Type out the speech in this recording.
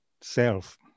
self